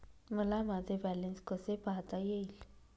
मला माझे बॅलन्स कसे पाहता येईल?